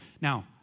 Now